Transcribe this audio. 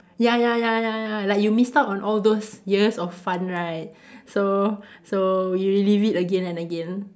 ya ya ya ya ya like you missed out on all those years of fun right so so you live it again and again